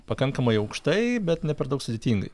pakankamai aukštai bet ne per daug sudėtingai